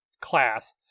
class